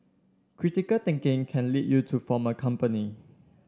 critical thinking can lead you to form a company